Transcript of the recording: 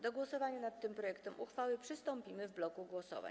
Do głosowania nad tym projektem uchwały przystąpimy w bloku głosowań.